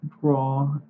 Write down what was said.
draw